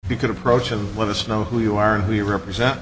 you could approach and let us know who you are and who you represent